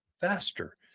faster